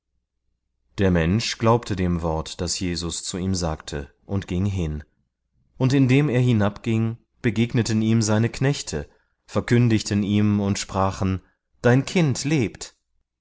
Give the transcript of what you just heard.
der mensch glaubte dem wort das jesus zu ihm sagte und ging hin und indem er hinabging begegneten ihm seine knechte verkündigten ihm und sprachen dein kind lebt